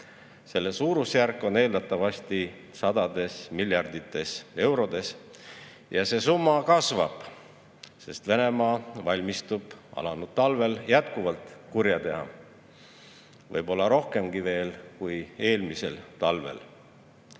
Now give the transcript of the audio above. Selle suurusjärk on eeldatavasti sadades miljardites eurodes. Ja see summa kasvab, sest Venemaa valmistub, et alanud talvel jätkuvalt kurja teha, võib-olla rohkemgi kui eelmisel talvel.